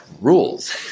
rules